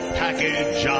package